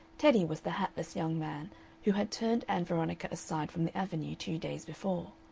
teddy was the hatless young man who had turned ann veronica aside from the avenue two days before.